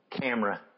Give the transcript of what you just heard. camera